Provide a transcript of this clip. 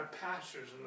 pastors